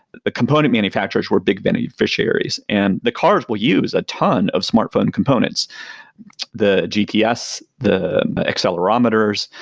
the component manufacturers were big beneficiaries. and the cars will use a ton of smartphone components the gps, the accelerometers,